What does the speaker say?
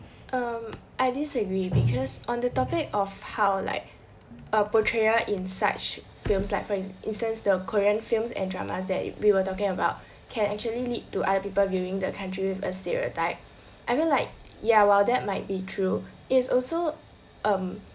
um I disagree because on the topic of how like a portrayal in such films like for instance the korean films and dramas that we were talking about can actually lead to other people giving the country a stereotype I mean like yeah well that might be true it is also um